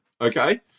Okay